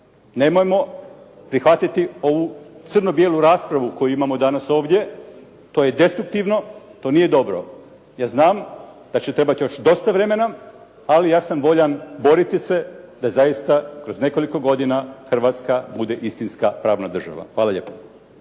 Nemojmo prihvatiti ovu crno-bijelu raspravu koju imamo danas ovdje. To je destruktivno, to nije dobro. Ja znam da će trebati još dosta vremena, ali ja sam voljan boriti se da zaista kroz nekoliko godina Hrvatska bude istinska pravna država. Hvala lijepa.